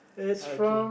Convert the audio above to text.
uh okay